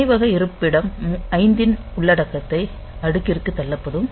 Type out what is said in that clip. நினைவக இருப்பிடம் 5 இன் உள்ளடக்கத்தை அடுக்கிற்குத் தள்ளப்படும்